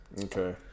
Okay